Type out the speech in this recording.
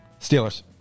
steelers